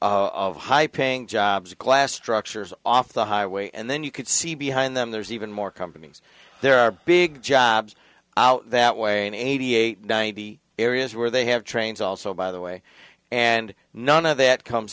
high paying jobs class structures off the highway and then you could see behind them there's even more companies there are big jobs that way in eighty eight ninety areas where they have trains also by the way and none of that comes